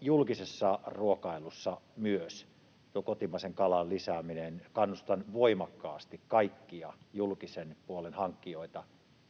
julkisessa ruokailussa kotimaisen kalan lisääminen: Kannustan voimakkaasti kaikkia julkisen puolen hankkijoita